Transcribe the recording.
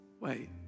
Wait